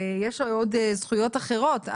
ויש הרי עוד זכויות אחרות.